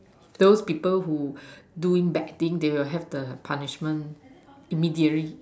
those people who doing bad thing they will have punishment immediately